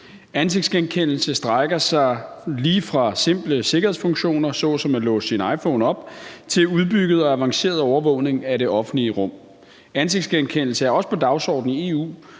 Ansigtsgenkendelse strækker sig lige fra simple sikkerhedsfunktioner såsom at låse sin iPhone op til udbygget og avanceret overvågning af det offentlige rum. Ansigtsgenkendelse er også på dagsordenen i EU,